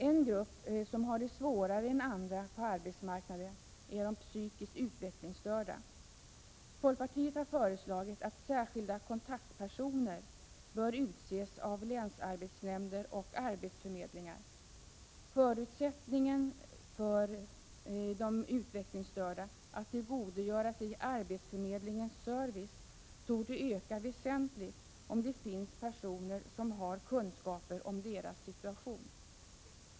En grupp som har det svårare än andra på arbetsmarknaden är de psykiskt utvecklingsstörda. Folkpartiet har föreslagit att särskilda kontaktpersoner skall utses av länsarbetsnämnder och arbetsförmedlingar. Förutsättningen för de utvecklingsstörda att tillgodogöra sig arbetsförmedlingens service torde öka väsentligt om det finns personer som har kunskaper om deras situation.